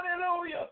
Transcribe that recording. Hallelujah